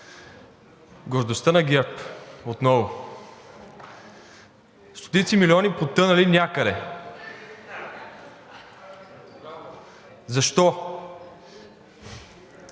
Гордостта на ГЕРБ отново – стотици милиони потънали някъде. Защо?